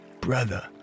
Brother